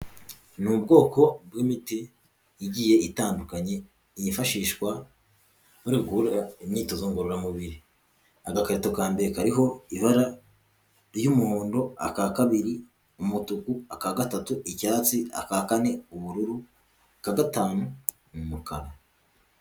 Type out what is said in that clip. Ni ubwoko bw'imiti igiye itandukanye yifashishwa nuri gukora imyitozo ngororamubiri; agakweto ka mbere kariho ibara ry'umuhondo; aka kabiri umutuku; aka gatatu icyatsi; aka kane ubururu; aka gatanu ni umukara.